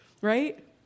Right